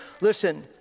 Listen